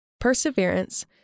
perseverance